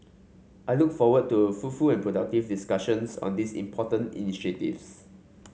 i look forward to fruitful and productive discussions on these important initiatives